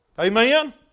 Amen